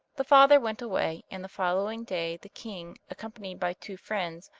the father went away, and the following day the king, accompanied by two friends,